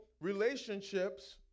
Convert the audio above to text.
relationships